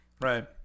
right